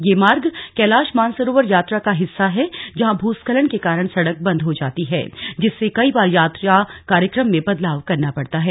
यह मार्ग कैलाश मानसरोवर यात्रा का हिस्सा है जहां भूस्खलन के कारण सड़क बंद हो जाती है जिससे कई बार यात्रा कार्यक्रम में बदलाव करना पड़ता है